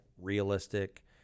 realistic